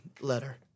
letter